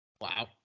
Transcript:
Wow